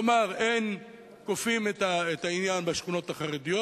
כלומר, אין כופים את העניין בשכונות החרדיות.